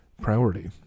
priority